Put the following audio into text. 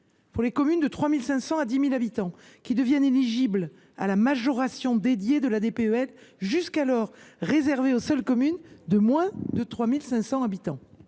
pour les communes de 3 500 à 10 000 habitants, qui deviennent éligibles à la majoration dédiée de la DPEL, jusqu’alors réservée aux seules communes de moins de 3 500 habitants